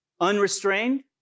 unrestrained